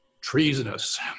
treasonous